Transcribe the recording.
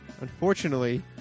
Unfortunately